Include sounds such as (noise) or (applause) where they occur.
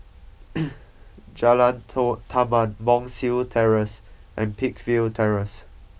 (noise) Jalan Taman Monk's Hill Terrace and Peakville Terrace